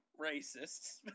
racists